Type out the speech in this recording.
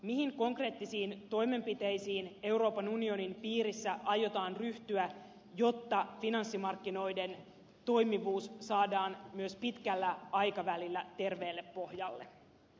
mihin konkreettisiin toimenpiteisiin euroopan unionin piirissä aiotaan ryhtyä jotta finanssimarkkinoiden toimivuus saadaan myös pitkällä aikavälillä terveelle pohjalle